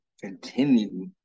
continue